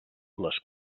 les